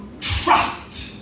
trapped